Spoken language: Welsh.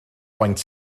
faint